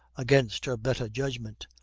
against her better judgment,